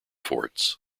forts